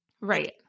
Right